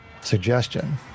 suggestion